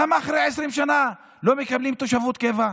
למה אחרי 20 שנה הם לא מקבלים תושבות קבע?